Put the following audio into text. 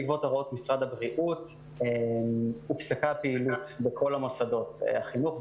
בעקבות הוראות משרד הבריאות הופסקה הפעילות בכל המוסדות החינוך,